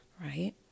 Right